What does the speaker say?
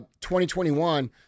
2021-